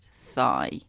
thigh